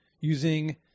using